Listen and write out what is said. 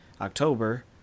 October